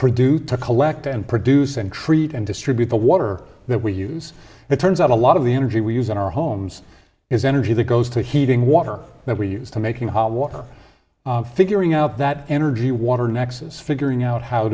produce to collect and produce and treat and distribute the water that we use it turns out a lot of the energy we use in our homes is energy that goes to heating water that we use to making hot water figuring out that energy water nexus figuring out how